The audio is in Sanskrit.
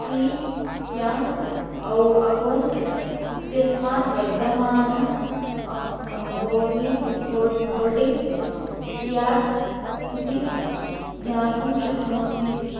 पी ब्याङ्क औ अक्कौण्ट् इत्यस्मात् वर्धमानं होलिंग् होल्डिंग् कियत् इति ज्ञातुं शक्नोषि